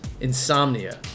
Insomnia